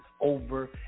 over